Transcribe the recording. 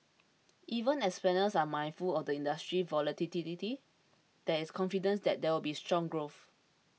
even as planners are mindful of the industry's volatility there is confidence that there will be strong growth